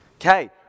Okay